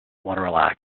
want